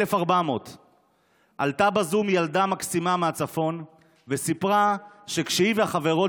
1,400. בזום עלתה ילדה מקסימה מהצפון וסיפרה שכשהיא והחברות